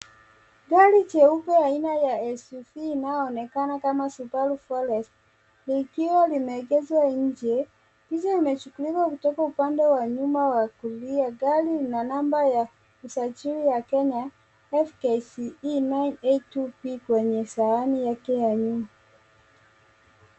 Gari jeupe aina ya SUV inayoonekana kama Subaru Forester likiwa limeegezwa nje. picha imechukuliwa kutoka upande wa nyuma wa kulia, gari ina namba ya usajili ya Kenya KCE 982V kwenye sahani yake ya nyuma.